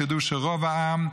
תדעו שרוב העם,